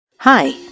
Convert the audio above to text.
Hi